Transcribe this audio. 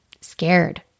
scared